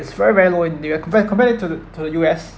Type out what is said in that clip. it's very very low in the europe compare compare it to the to the U_S